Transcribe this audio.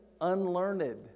unlearned